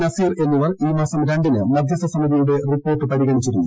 നസീർ എന്നിവർ ഈ മാസം രണ്ടിന് മധ്യസ്ഥ സമിതിയുടെ റിപ്പോർട്ട് പരിഗണിച്ചിരുന്നു